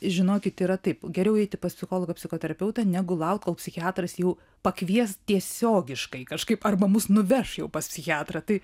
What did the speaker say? žinokit yra taip geriau eiti pas psichologą psichoterapeutą negu laukt kol psichiatras jau pakvies tiesiogiškai kažkaip arba mus nuveš jau pas psichiatrą tai